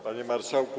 Panie Marszałku!